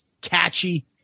catchy